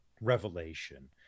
revelation